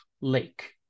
lake